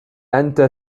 أنت